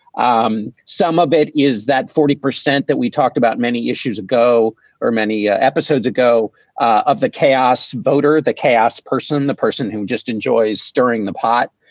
um some of it is that forty percent that we talked about many issues ago or many ah episodes ago of the chaos voter, the chaos person, the person who just enjoys stirring the pot.